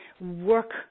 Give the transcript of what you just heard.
work